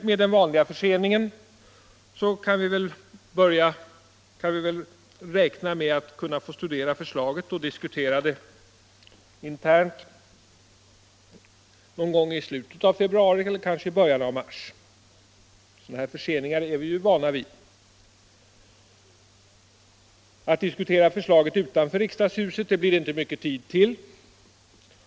Med den vanliga förseningen kan vi väl räkna med att få studera förslaget och diskutera det internt någon gång i slutet av februari eller kanske i början av mars. Sådana här förseningar är vi vana vid. Att diskutera förslaget utanför riksdagshuset blir det inte mycket tid till.